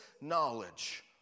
knowledge